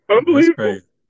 Unbelievable